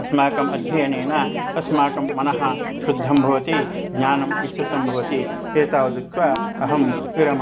अस्माकम् अध्ययनेन अस्माकं मनः शुद्धं भवति ज्ञानं विस्तृतं भवति एतावदुक्त्वा अहं विरममामि